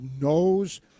knows